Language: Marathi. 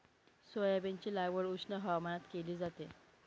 सोयाबीनची लागवड उष्ण हवामानात केली जाते